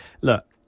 Look